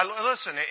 Listen